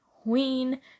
Queen